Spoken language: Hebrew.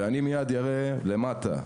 מיד אראה בשקף למטה,